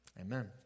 Amen